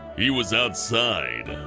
he was outside,